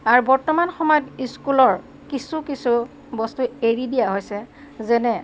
আৰু বৰ্তমান সময়ত স্কুলৰ কিছু কিছু বস্তু এৰি দিয়া হৈছে যেনে